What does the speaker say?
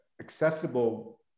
accessible